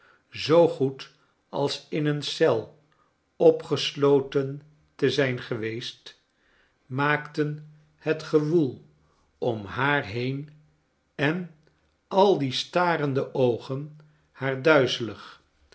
zoo goed als in een eel opgesloten te zijn geweest maakten het gewoel om haar heen en al die starende oogen haar duizelig